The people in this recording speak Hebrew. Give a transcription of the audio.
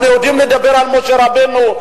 אנחנו יודעים לדבר על משה רבנו,